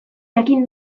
jakin